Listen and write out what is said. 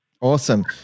awesome